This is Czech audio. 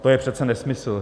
To je přece nesmysl.